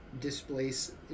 Displace